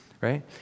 right